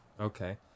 Okay